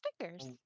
stickers